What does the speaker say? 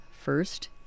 first